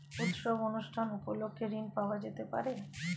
উৎসব অনুষ্ঠান উপলক্ষে ঋণ পাওয়া যেতে পারে?